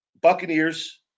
Buccaneers